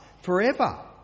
forever